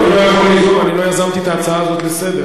אני לא יזמתי את ההצעה הזאת לסדר-היום,